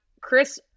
chris